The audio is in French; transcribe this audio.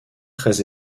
très